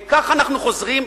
וככה אנחנו חוזרים,